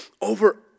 over